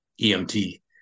EMT